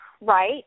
right